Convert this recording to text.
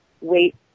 wait